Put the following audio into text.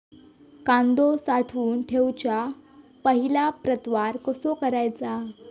कांदो साठवून ठेवुच्या पहिला प्रतवार कसो करायचा?